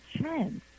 chance